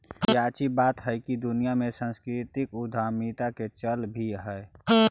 याची बात हैकी दुनिया में सांस्कृतिक उद्यमीता का चल भी है